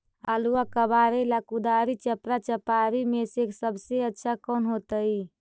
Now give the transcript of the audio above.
आलुआ कबारेला कुदारी, चपरा, चपारी में से सबसे अच्छा कौन होतई?